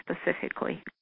specifically